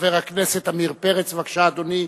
חבר הכנסת עמיר פרץ, בבקשה, אדוני.